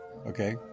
Okay